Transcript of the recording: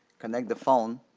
connect the phone,